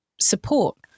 support